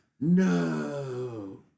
No